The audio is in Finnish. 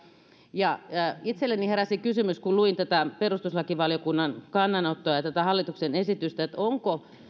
itselleni heräsi kysymys kun luin tätä perustuslakivaliokunnan kannanottoa ja tätä hallituksen esitystä